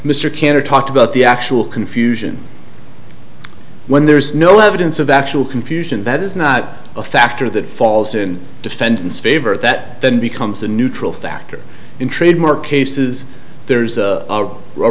mr cantor talked about the actual confusion when there is no evidence of actual confusion that is not a factor that falls in defendant's favor that then becomes a neutral factor in trademark cases there's